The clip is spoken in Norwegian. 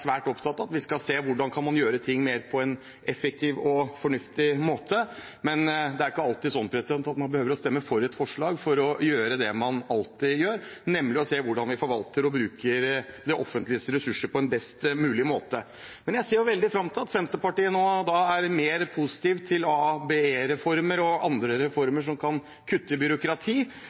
svært opptatt av, at vi skal se på hvordan vi kan gjøre ting på en mer effektiv og fornuftig måte. Men det er ikke alltid sånn at man behøver å stemme for et forslag for å gjøre det man alltid gjør, nemlig å se hvordan vi forvalter og bruker det offentliges ressurser på en best mulig måte. Jeg ser veldig fram til at Senterpartiet nå blir mer positive til ABE-reformen og andre reformer som kan kutte i byråkrati.